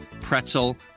pretzel